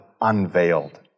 unveiled